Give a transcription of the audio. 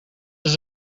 does